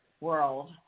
world